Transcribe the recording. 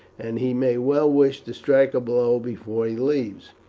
and he may well wish to strike a blow before he leaves,